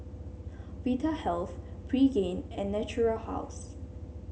Vitahealth Pregain and Natura House